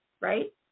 right